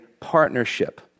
Partnership